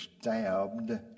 stabbed